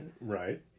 Right